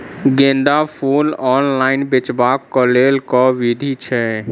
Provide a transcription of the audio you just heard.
गेंदा फूल ऑनलाइन बेचबाक केँ लेल केँ विधि छैय?